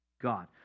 God